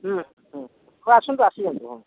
ହୁଁ ହୁଁ ହେଉ ଆସନ୍ତୁ ଆସିଯାଆନ୍ତୁ ହଁ